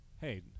Hey